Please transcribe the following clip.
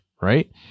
right